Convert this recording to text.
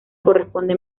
corresponde